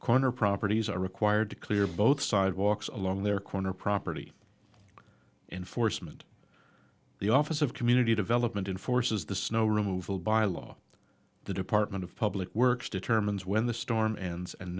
corner properties are required to clear both sidewalks along their corner property enforcement the office of community development and forces the snow removal by law the department of public works determines when the storm ends and